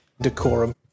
Decorum